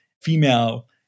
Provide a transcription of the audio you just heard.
female